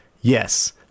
Yes